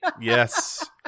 Yes